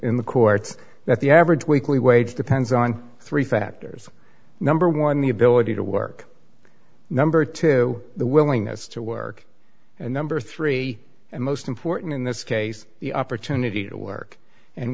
in the court that the average weekly wage depends on three factors number one the ability to work number two the willingness to work and number three and most important in this case the opportunity to work and